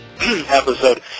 episode